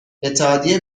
اتحادیه